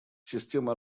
система